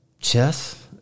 Chess